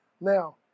Now